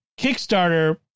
Kickstarter